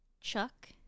Chuck